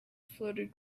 floated